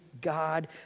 God